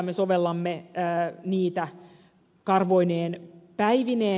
me sovellamme niitä karvoineen päivineen